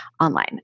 online